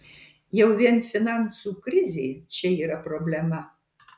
jau vien finansų krizė čia yra problema